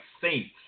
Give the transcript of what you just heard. saints